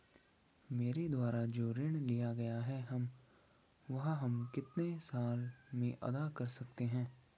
मेरे द्वारा जो ऋण लिया गया है वह हम कितने साल में अदा कर सकते हैं?